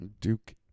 duke